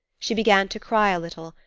she began to cry a little,